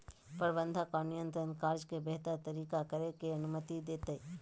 प्रबंधन और नियंत्रण कार्य के बेहतर तरीका से करे के अनुमति देतय